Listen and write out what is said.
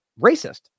racist